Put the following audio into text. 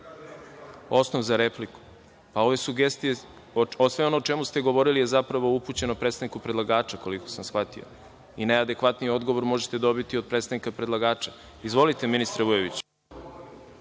Osnov za repliku.(Saša Radulović, s mesta: Nema osnova.)Sve ovo o čemu ste govorili je zapravo upućeno predstavniku predlagača, koliko sam shvatio, i najadekvatniji odgovor možete dobiti od predstavnika predlagača. Izvolite ministre Vujoviću.